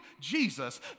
Jesus